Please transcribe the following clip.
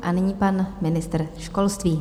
A nyní pan ministr školství.